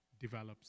develops